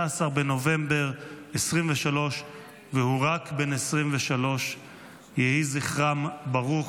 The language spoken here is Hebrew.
בנובמבר 2023 והוא רק בן 23. יהי זכרם ברוך.